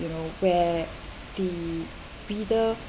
you know where the reader